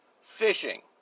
Fishing